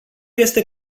este